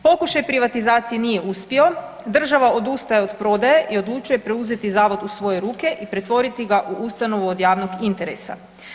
Pokušaj privatizacije nije uspio, država odustaje od prodaje i odlučuje preuzeti Zavod u svoje ruke i pretvoriti ga u ustanovu od javnog interesa.